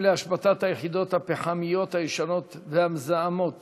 להשבתת היחידות הפחמיות הישנות והמזהמות